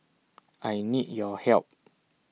I need your help